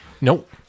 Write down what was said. Nope